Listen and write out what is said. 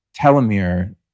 telomere